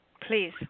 Please